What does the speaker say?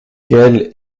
qu’elle